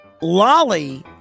Lolly